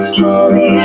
holy